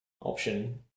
option